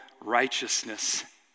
righteousness